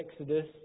exodus